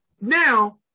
Now